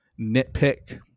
nitpick